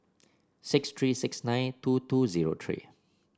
six three six nine two two zero three